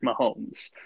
Mahomes